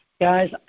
guys